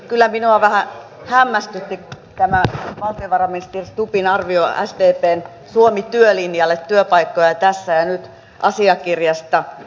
kyllä minua vähän hämmästytti tämä valtiovarainministeri stubbin arvio sdpn suomi työlinjalle työpaikkoja tässä ja nyt asiakirjasta